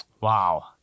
Wow